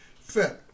fit